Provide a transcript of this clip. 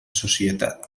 societat